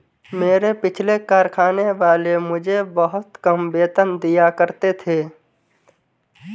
मेरे पिछले कारखाने वाले मुझे बहुत कम वेतन दिया करते थे